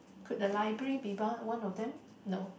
could the library be one of them no